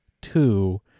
two